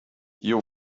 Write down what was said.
you